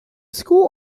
school